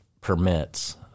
permits